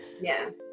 Yes